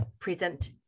present